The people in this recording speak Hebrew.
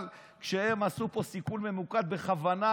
אבל כשהם עשו פה סיכול ממוקד בכוונה,